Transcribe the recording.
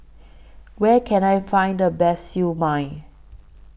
Where Can I Find The Best Siew Mai